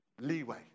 leeway